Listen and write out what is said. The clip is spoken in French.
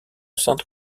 sainte